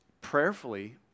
prayerfully